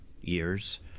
years